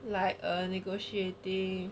like err negotiating